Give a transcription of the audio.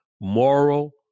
moral